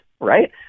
right